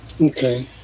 Okay